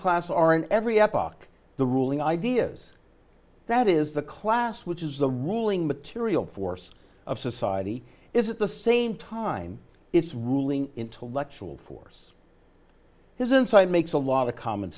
class are in every up aka the ruling ideas that is the class which is the ruling material force of society is it the same time its ruling intellectual force has inside makes a lot of common